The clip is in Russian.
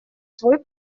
свой